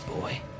boy